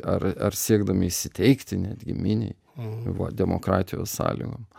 ar ar siekdami įsiteikti netgi mini va demokratijos sąlygom